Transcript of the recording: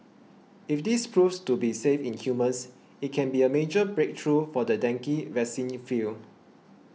if this proves to be safe in humans it can be a major breakthrough for the dengue vaccine field